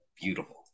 beautiful